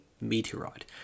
meteorite